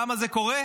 למה זה קורה?